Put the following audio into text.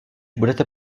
budete